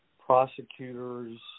prosecutors